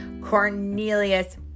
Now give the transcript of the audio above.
Cornelius